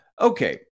okay